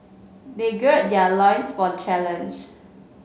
they gird their loins for the challenge